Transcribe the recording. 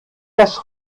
das